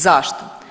Zašto?